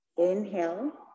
Inhale